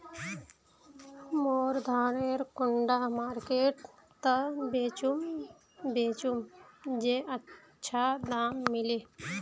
मोर धानेर कुंडा मार्केट त बेचुम बेचुम जे अच्छा दाम मिले?